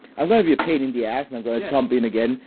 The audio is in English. i'm going to be a pain in the ass, and i'm going to jump in again.